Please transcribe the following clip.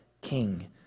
King